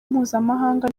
mpuzamahanga